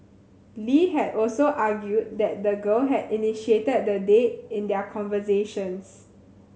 Lee had also argued that the girl had initiated the date in their conversations